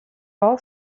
all